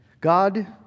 God